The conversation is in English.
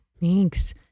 thanks